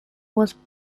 was